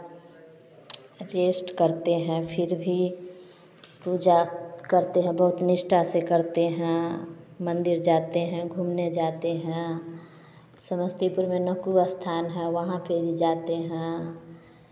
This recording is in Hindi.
रेश्ट करते हैं फिर भी पूजा करते हैं बहुत निष्ठा से करते हैं मंदिर जाते हैं घूमने जाते हैं समस्तीपुर में नक्कू स्थान है वहाँ पर भी जाते हैं